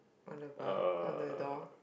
on the bar on the door